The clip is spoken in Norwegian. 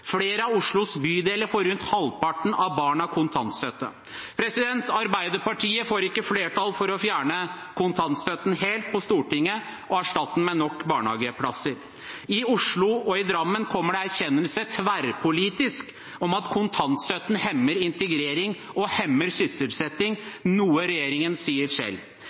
flere av Oslos bydeler får rundt halvparten av barna kontantstøtte. Arbeiderpartiet får ikke flertall for å fjerne kontantstøtten helt på Stortinget og erstatte den med nok barnehageplasser. I Oslo og i Drammen kommer det erkjennelse – tverrpolitisk – om at kontantstøtten hemmer integrering og hemmer sysselsetting, noe regjeringen sier selv.